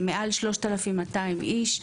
מעל 3,200 איש.